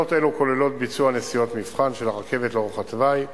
הכנות אלו כוללות ביצוע נסיעות מבחן של הרכבות לאורך התוואי,